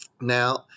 Now